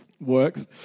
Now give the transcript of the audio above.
works